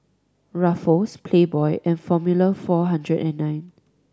Ruffles Playboy and Formula Four Hundred And Nine